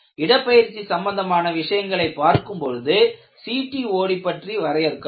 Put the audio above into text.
இடப்பெயர்ச்சி சம்பந்தமான விஷயங்களை பார்க்கும் பொழுது CTOD பற்றி வரையறுக்கலாம்